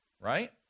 right